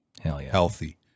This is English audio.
healthy